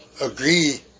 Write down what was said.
agree